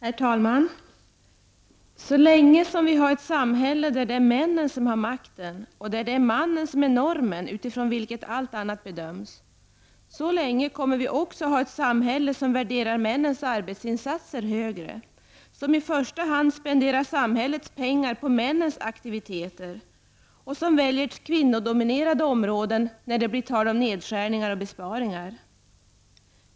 Herr talman! Så länge vi har ett samhälle, där det är männen som har makten och där det är mannen som är normen utifrån vilket allt annat bedöms, så länge kommer vi också att ha ett samhälle, som värderar männens arbetsinsatser högre, som i första hand spenderar samhällets pengar på männens aktiviteter och som väljer kvinnodominerande områden när det blir tal om nedskärningar och besparingar.